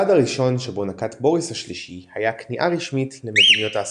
הצעד הראשון שבו נקט בוריס השלישי היה כניעה רשמית למדינות ההסכמה.